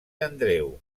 andreu